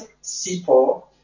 Sipo